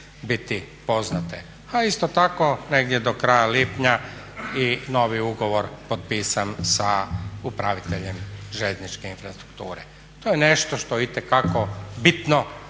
biti poznate. A isto tako negdje do kraja lipnja i novi ugovor potpisan sa upraviteljem željezničke infrastrukture. To je nešto što itekako bitno